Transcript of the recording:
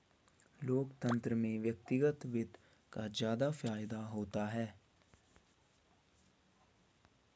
लोकतन्त्र में व्यक्तिगत वित्त का ज्यादा फायदा होता है